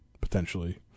potentially